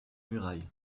murailles